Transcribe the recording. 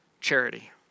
charity